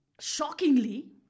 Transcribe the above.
Shockingly